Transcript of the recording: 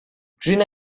green